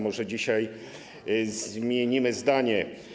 Może dzisiaj zmienimy zdanie.